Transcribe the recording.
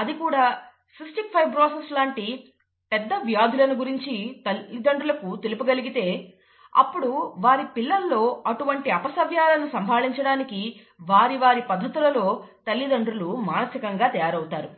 అది కూడా cystic fibrosis లాంటి పెద్ద వ్యాధులను గురించి తల్లిదండ్రులకు తెలుపగలిగితే అప్పుడు వారి పిల్లల్లో అటువంటి అపసవ్యాలను సంభాళించడానికి వారి వారి పద్ధతులలో తల్లిదండ్రులు మానసికంగా తయారవుతారు